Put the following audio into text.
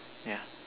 yeah